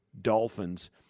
Dolphins